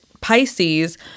Pisces